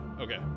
Okay